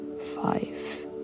five